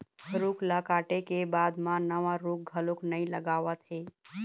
रूख ल काटे के बाद म नवा रूख घलोक नइ लगावत हे